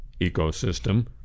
ecosystem